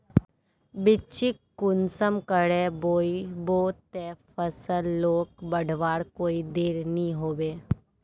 बिच्चिक कुंसम करे बोई बो ते फसल लोक बढ़वार कोई देर नी होबे?